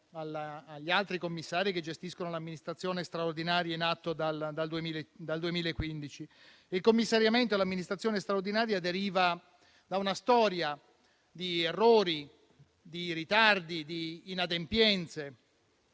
agli altri commissari che gestiscono l'amministrazione straordinaria in atto dal 2015. Il commissariamento e l'amministrazione straordinaria derivano da una storia di errori, di ritardi, di inadempienze